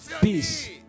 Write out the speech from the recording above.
peace